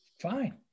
Fine